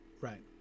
Right